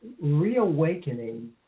reawakening